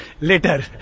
later